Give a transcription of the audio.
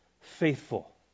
faithful